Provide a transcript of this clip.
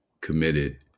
committed